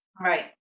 right